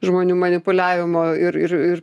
žmonių manipuliavimo ir ir ir